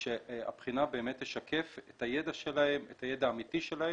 שהבחינה תשקף את הידע שלהם, את הידע האמיתי שלהם,